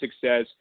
success